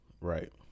Right